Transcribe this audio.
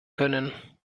können